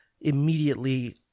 immediately